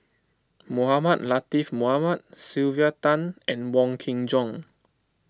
Mohamed Latiff Mohamed Sylvia Tan and Wong Kin Jong